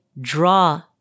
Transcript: draw